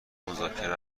مذاکره